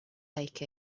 take